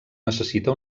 necessita